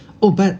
oh but